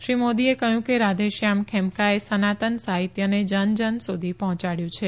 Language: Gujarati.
શ્રી મોદીએ કહ્યું કે રાધેશ્યામ ખેમકાએ સનાતન સાહિત્યને જન જન સુધી પહોચાડયું છે